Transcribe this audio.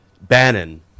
Bannon